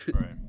Right